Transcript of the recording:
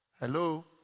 Hello